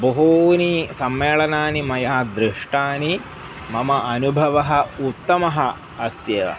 बहूनि सम्मेलनानि मया दृष्टानि मम अनुभवः उत्तमः अस्त्येव